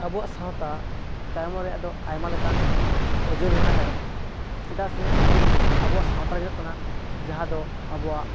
ᱟᱵᱚᱣᱟᱜ ᱥᱟᱶᱛᱟ ᱛᱟᱭᱚᱢᱚᱜ ᱨᱮᱭᱟᱜ ᱫᱚ ᱟᱭᱢᱟ ᱞᱮᱠᱟᱱ ᱟᱡᱮ ᱢᱮᱱᱟᱜ ᱟᱠᱟᱫᱟ ᱪᱮᱫᱟᱜ ᱥᱮ ᱱᱤᱛ ᱟᱵᱚᱣᱟᱜ ᱥᱟᱶᱛᱟᱨᱮ ᱧᱮᱞᱚᱜ ᱠᱟᱱᱟ ᱡᱟᱦᱟᱸ ᱫᱚ ᱟᱵᱚᱣᱟᱜ